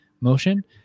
motion